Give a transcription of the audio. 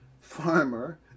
farmer